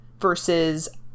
versus